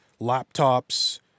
laptops